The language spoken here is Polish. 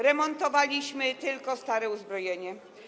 Remontowaliśmy tylko stare uzbrojenie.